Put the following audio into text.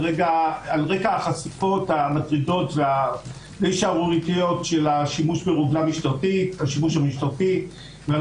רקע החשיפות המטרידות והדי שערורייתיות של בשימוש המשטרתי ועל